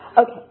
Okay